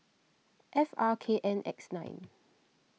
F R K N X nine